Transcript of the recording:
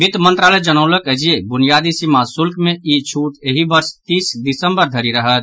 वित्त मंत्रालय जनौलक अछि जे ब्रनियादी सीमा शुल्क मे ई छूट एहि वर्ष तीस दिसम्बर धरि रहत